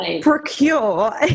procure